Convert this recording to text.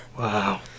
Wow